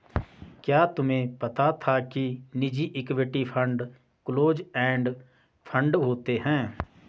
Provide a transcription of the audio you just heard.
क्या तुम्हें पता था कि निजी equity fund close end fund होते हैं?